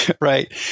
Right